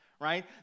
right